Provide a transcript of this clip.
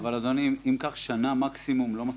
אדוני, אם כך שנה מקסימום זה לא מספיק.